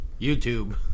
YouTube